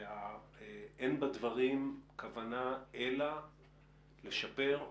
אין בדברים כוונה אלא לשפר,